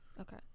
Okay